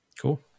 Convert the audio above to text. Cool